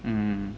mm